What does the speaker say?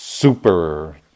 super